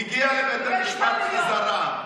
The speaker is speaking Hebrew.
מגיע לבית המשפט חזרה,